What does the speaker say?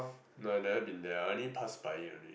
no I never been there I only pass by it only